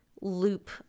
loop